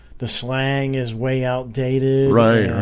the slang is way outdated right right?